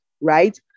right